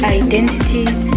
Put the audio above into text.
identities